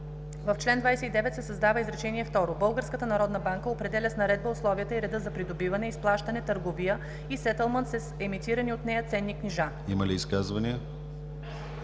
Има ли изказвания?